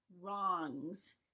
wrongs